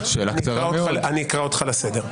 אני אקרא אותך לסדר.